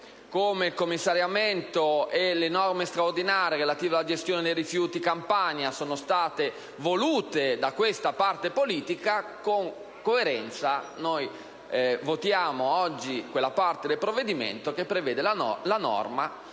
come il commissariamento e le norme straordinarie relative alla gestione dei rifiuti in Campania sono state volute da questa parte politica, con coerenza oggi votiamo quella parte del provvedimento che prevede la proroga